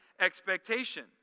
expectation